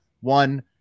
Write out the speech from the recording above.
One